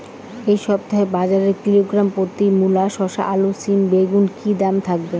এই সপ্তাহে বাজারে কিলোগ্রাম প্রতি মূলা শসা আলু সিম বেগুনের কী দাম থাকবে?